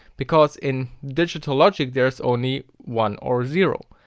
because in digital logic there is only one or zero.